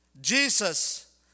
Jesus